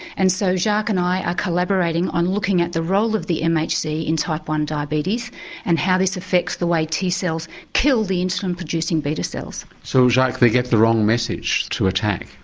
and so jacques and i are collaborating on looking at the role of the mhc in type one diabetes and how this affects the way t cells kill the insulin producing beta cells. so jacques they get the wrong message to attack?